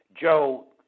Joe